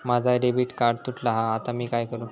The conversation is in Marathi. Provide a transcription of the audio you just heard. माझा डेबिट कार्ड तुटला हा आता मी काय करू?